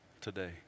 today